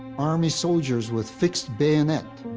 army soldiers with fixed bayonet,